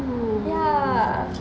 oh